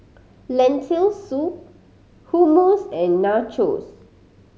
Lentil Soup Hummus and Nachos